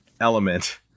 element